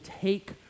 take